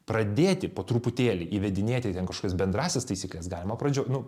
pradėti po truputėlį įvedinėti ten kažkokias bendrąsias taisykles galima pradžioj nu